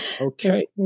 Okay